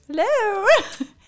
hello